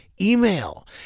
email